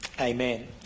amen